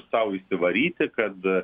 sau įsivaryti kad